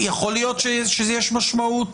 יכול להיות שיש משמעות